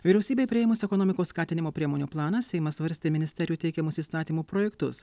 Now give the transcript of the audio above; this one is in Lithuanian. vyriausybei priėmus ekonomikos skatinimo priemonių planą seimas svarstė ministerijų teikiamus įstatymų projektus